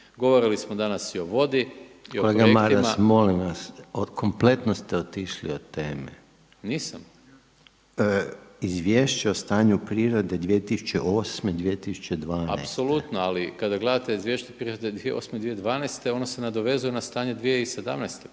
Govorili smo danas i o vodi i o projektima …… /Upadica Reiner: Kolega Maras molim vas, kompletno ste otišli od teme./… Nisam. … /Upadica Reiner: Izvješće o stanju prirode 2008.-2012./… Apsolutno, ali kada gledate Izvješće prirode 2009.-2012. ono se nadovezuje na stanje 2017.